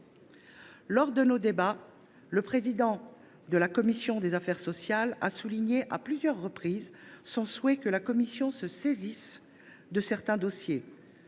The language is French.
Lors de nos débats, le président de la commission des affaires sociales a souligné à plusieurs reprises son souhait que la commission « se saisisse » de certains dossiers.